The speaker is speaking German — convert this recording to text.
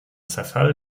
zerfall